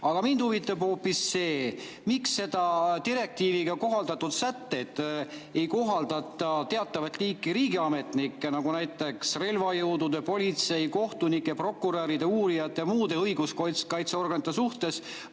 Aga mind huvitab hoopis see, miks selle direktiiviga [ette nähtud] sätteid ei kohaldata teatavat liiki riigiametnike, nagu näiteks relvajõudude, politsei, kohtunike, prokuröride, uurijate ja muude õiguskaitseorganite